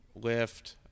lift